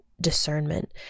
discernment